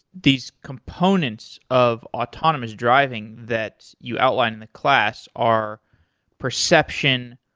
these components of autonomous driving that you outlined in the class are perception,